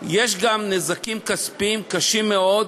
יש גם נזקים כספיים קשים מאוד.